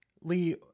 Lee